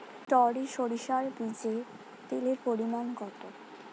টরি সরিষার বীজে তেলের পরিমাণ কত?